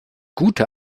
gute